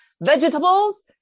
vegetables